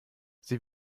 sie